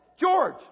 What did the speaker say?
George